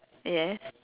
yes